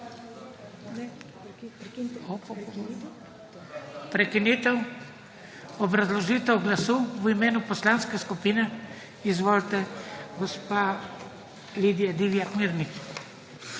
Prekinitev. Obrazložitev glasu v imenu poslanske skupine? Izvolite, gospa Lidija Divjak Mirnik.